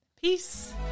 Peace